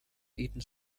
eaton